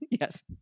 Yes